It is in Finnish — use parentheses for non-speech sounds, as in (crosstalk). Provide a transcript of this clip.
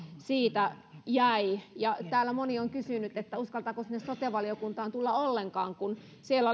siitä jäi täällä moni on kysynyt uskaltaako sinne sote valiokuntaan tulla ollenkaan kun siellä (unintelligible)